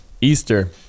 Easter